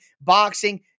boxing